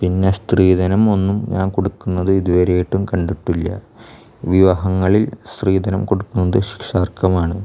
പിന്നെ സ്ത്രീധനം ഒന്നും ഞാൻ കൊടുക്കുന്നത് ഇതുവരെയായിട്ടും കണ്ടിട്ടില്ല വിവാഹങ്ങളിൽ സ്ത്രീധനം കൊടുക്കുന്നത് ശിക്ഷാർഹമാണ്